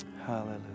hallelujah